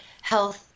health